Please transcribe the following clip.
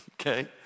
okay